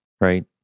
right